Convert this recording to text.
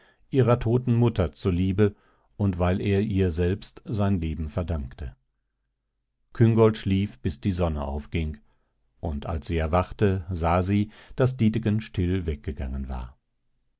ihrer toten mutter zuliebe und weil er ihr selbst sein leben verdankte küngolt schlief bis die sonne aufging und als sie erwachte sah sie daß dietegen still weggegangen war